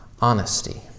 honesty